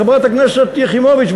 חברת הכנסת יחימוביץ,